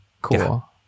cool